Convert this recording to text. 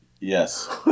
yes